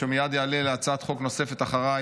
שמייד יעלה להצעת חוק נוספת אחריי,